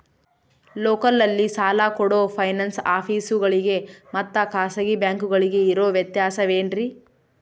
ಲೋಕಲ್ನಲ್ಲಿ ಸಾಲ ಕೊಡೋ ಫೈನಾನ್ಸ್ ಆಫೇಸುಗಳಿಗೆ ಮತ್ತಾ ಖಾಸಗಿ ಬ್ಯಾಂಕುಗಳಿಗೆ ಇರೋ ವ್ಯತ್ಯಾಸವೇನ್ರಿ?